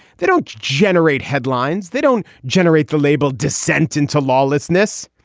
they don't generate headlines. they don't generate the label descent into lawlessness.